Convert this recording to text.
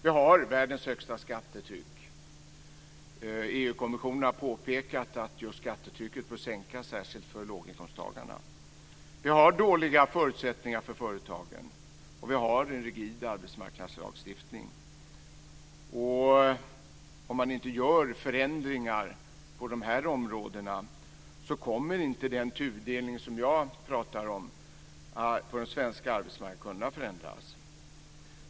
Vi har världens högsta skattetryck. EU kommissionen har påpekat att just skattetrycket bör sänkas, särskilt för låginkomsttagarna. Vi har dåliga förutsättningar för företagen. Och vi har en rigid arbetsmarknadslagstiftning. Om man inte gör förändringar på dessa områden kommer inte den tudelning på den svenska arbetsmarknaden som jag talar om att kunna förändras.